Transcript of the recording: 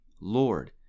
Lord